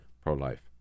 pro-life